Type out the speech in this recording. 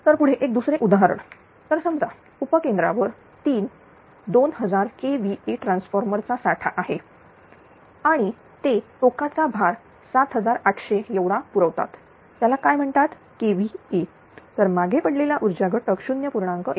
तर पुढे एक दुसरे उदाहरण तर समजा उपकेंद्रावर तीन 2000kVA ट्रान्सफॉर्मर चा साठा आहे पाणी ते टोकाचा भार 7800 एवढा पुरवतात त्याला काय म्हणतात kVA तर मागे पडलेला ऊर्जा घटक 0